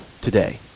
today